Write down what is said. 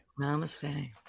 Namaste